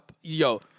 yo